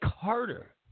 Carter